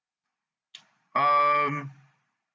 um